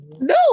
No